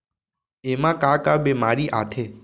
एमा का का बेमारी आथे?